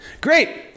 Great